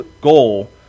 goal